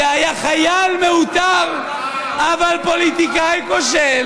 שהיה חייל מעוטר אבל פוליטיקאי כושל.